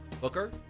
Booker